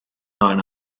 nine